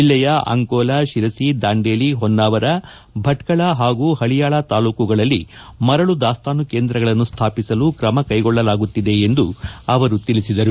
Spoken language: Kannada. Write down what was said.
ಜಿಲ್ಲೆಯ ಅಂಕೋಲಾ ಶಿರಸಿ ದಾಂಡೇಲಿ ಹೊನ್ನಾವರ ಭಟ್ಟಳ ಹಾಗೂ ಪಳಿಯಾಳ ತಾಲೂಕುಗಳಲ್ಲಿ ಮರಳು ದಾಸ್ತಾನು ಕೇಂದ್ರಗಳನ್ನು ಸ್ವಾಪಿಸಲು ಕ್ರಮ ಕೈಗೊಳ್ಳಲಾಗುತ್ತಿದೆ ಎಂದು ಅವರು ತಿಳಿಸಿದ್ದಾರೆ